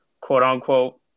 quote-unquote